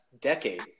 decade